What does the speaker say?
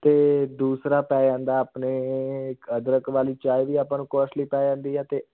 ਅਤੇ ਦੂਸਰਾ ਪੈ ਜਾਂਦਾ ਆਪਣੇ ਇੱਕ ਅਦਰਕ ਵਾਲੀ ਚਾਏ ਵੀ ਆਪਾਂ ਨੂੰ ਕੋਸਟਲੀ ਪੈ ਜਾਂਦੀ ਹੈ ਅਤੇ